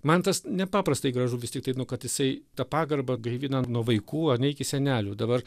man tas nepaprastai gražu vis tiktai nu kad jisai tą pagarbą gaivina nuo vaikų ane iki senelių dabar